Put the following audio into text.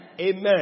Amen